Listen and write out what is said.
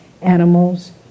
animals